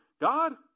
God